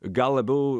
gal labiau